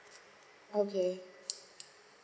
okay